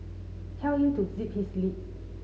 tell him to zip his lip